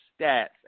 stats